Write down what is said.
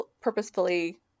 purposefully